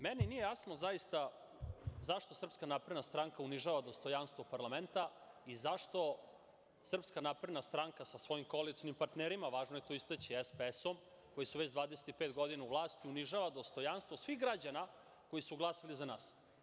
Meni nije jasno, zaista, zašto SNS unižava dostojanstvo parlamenta i zašto SNS sa svojim koalicionim partnerima, važno je to istaći, SPS-om, koji su već 25 godina u vlasti, unižava dostojanstvo svih građana koji su glasali za nas.